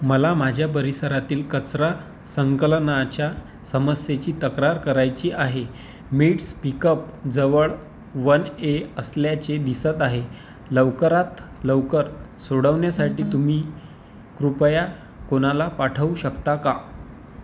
मला माझ्या परिसरातील कचरा संकलनाच्या समस्येची तक्रार करायची आहे मीट्स् पिकअप जवळ वन ए असल्याचे दिसत आहे लवकरात लवकर सोडवण्यासाठी तुम्ही कृपया कोणाला पाठवू शकता का